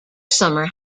summer